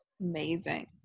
Amazing